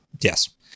yes